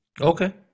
Okay